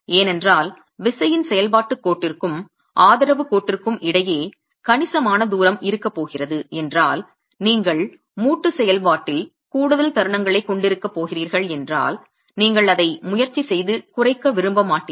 ஏனென்றால் விசையின் செயல்பாட்டுக் கோட்டிற்கும் ஆதரவுக் கோட்டிற்கும் இடையே கணிசமான தூரம் இருக்கப் போகிறது என்றால் நீங்கள் மூட்டுச் செயல்பாட்டில் கூடுதல் தருணங்களைக் கொண்டிருக்கப் போகிறீர்கள் என்றால் நீங்கள் அதை முயற்சி செய்து குறைக்க விரும்ப மாட்டீர்கள்